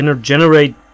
generate